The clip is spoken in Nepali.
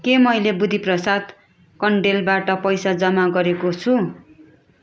के मैले बुद्धि प्रसाद कन्डेलबाट पैसा जम्मा गरेको छु